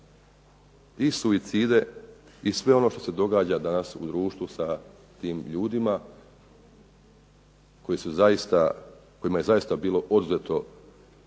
i suicide i sve on što se događa danas u društvu sa tim ljudima kojima je zaista bilo oduzeto